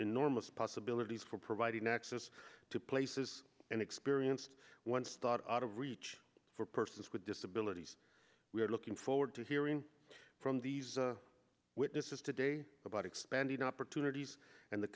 enormous possibilities for providing access to places and experience once thought out of reach for persons with disabilities we are looking forward to hearing from these witnesses today about expanding opportunities and the